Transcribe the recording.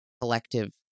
collective